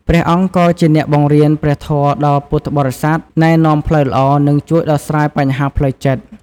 ព្រះអង្គក៏ជាអ្នកបង្រៀនព្រះធម៌ដល់ពុទ្ធបរិស័ទ ណែនាំផ្លូវល្អ និងជួយដោះស្រាយបញ្ហាផ្លូវចិត្ត។